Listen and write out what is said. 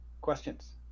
questions